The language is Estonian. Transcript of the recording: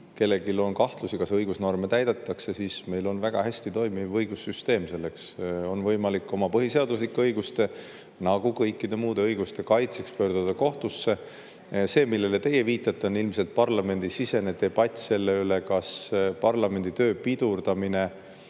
kellelgi on kahtlusi, kas õigusnorme täidetakse, siis meil on väga hästi toimiv õigussüsteem, selleks on võimalik oma põhiseaduslike õiguste, nagu ka kõikide muude õiguste, kaitseks pöörduda kohtusse. See, millele teie viitate, on ilmselt parlamendisisene debatt selle üle, kas parlamendi töö pidurdamine